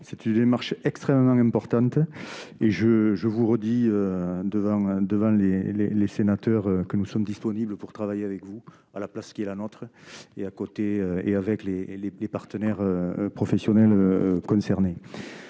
une démarche extrêmement importante. Je le redis, nous sommes disponibles pour travailler avec vous, à la place qui est la nôtre, et avec les partenaires professionnels concernés.